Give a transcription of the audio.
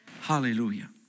Hallelujah